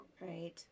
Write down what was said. Right